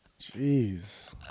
Jeez